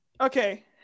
Okay